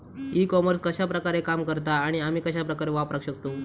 E commerce कश्या प्रकारे काम करता आणि आमी कश्या प्रकारे वापराक शकतू?